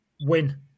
win